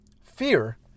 fear